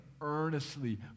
earnestly